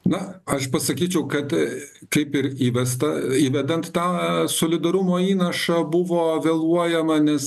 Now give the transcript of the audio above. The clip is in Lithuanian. na aš pasakyčiau kad kaip ir įvesta įvedant tą solidarumo įnašą buvo vėluojama nes